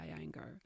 anger